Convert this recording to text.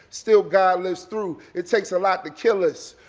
still god lives through. it takes a lot to kill us.